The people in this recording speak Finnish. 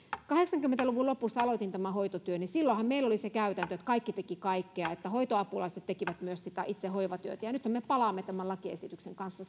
kahdeksankymmentä luvun lopussa aloitin hoitotyön ja silloinhan meillä oli se käytäntö että kaikki tekivät kaikkea että hoitoapulaiset tekivät myös sitä itse hoivatyötä ja nythän me palaamme tämän lakiesityksen kanssa